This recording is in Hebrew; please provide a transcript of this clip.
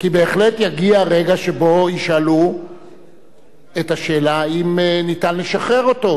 כי בהחלט יגיע רגע שבו ישאלו את השאלה אם אפשר לשחרר אותו.